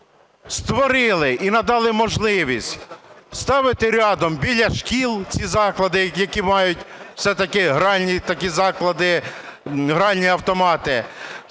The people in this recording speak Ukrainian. створили і надали можливість ставити рядом біля шкіл ці заклади, які мають, все-таки гральні такі